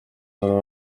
nädalal